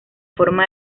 forma